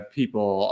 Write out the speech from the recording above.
people